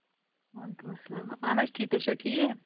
وعلیکُم اَلسلام اَہن حظ ٹھیٖک تُہۍ چھُو ٹھیٖک